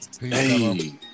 Hey